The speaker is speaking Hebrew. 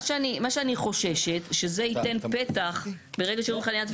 מה שאני חוששת שזה ייתן פתח, ברגע שאומרים חניה.